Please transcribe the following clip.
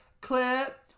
clip